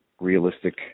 realistic